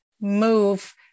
move